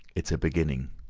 it's a beginning,